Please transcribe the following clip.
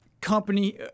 company